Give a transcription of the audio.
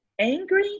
angry